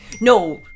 No